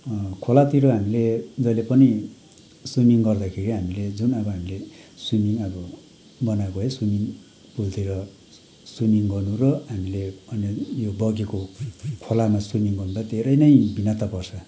खोलातिर हामीले जहिले पनि स्विमिङ गर्दाखेरि हामीले जुन अब हामीले स्विमिङ अब बनाएको है स्विमिङ पुलतिर स्विमिङ गर्नु र हामीले अन्य यो बगेको खोलामा स्विमिङ गर्दा धेरै नै भिन्नता पर्छ